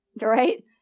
right